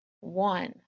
One